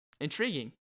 intriguing